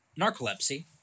narcolepsy